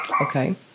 okay